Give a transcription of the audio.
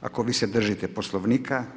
ako vi se držite Poslovnika.